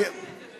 למה להגיד את זה,